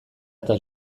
eta